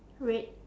red